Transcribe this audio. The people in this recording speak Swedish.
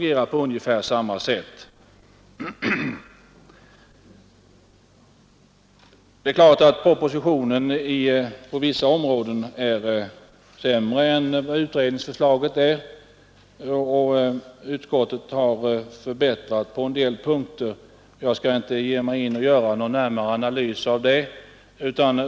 Särskilt gäller detta alla de företagare, jordbrukare och andra, som numera ofta riskerar att bli arbetslösa kortare eller längre tid. Utskottet har förvisso förbättrat på en del punkter, men uppenbara brister finns. Jag skall inte ge mig in på att göra någon närmare analys av detta.